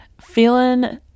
feeling